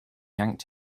yanked